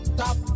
top